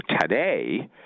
today